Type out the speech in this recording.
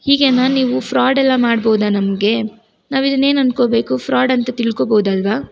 ಹೀಗೆಯಾ ನೀವು ಫ್ರಾಡೆಲ್ಲ ಮಾಡ್ಬೋದಾ ನಮಗೆ ನಾವು ಇದನ್ನು ಏನು ಅಂದ್ಕೋಬೇಕು ಫ್ರಾಡ್ ಅಂತ ತಿಳ್ಕೋಬೋದಲ್ಲವ